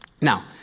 Now